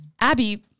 Abby